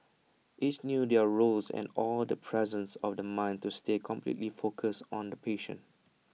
each knew their roles and all the presence of the mind to stay completely focused on the patient